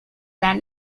than